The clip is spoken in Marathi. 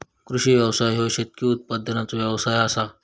कृषी व्यवसाय ह्यो शेतकी उत्पादनाचो व्यवसाय आसा